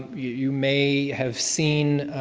you may have seen,